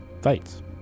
fights